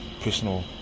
personal